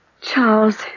Charles